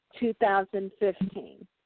2015